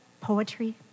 poetry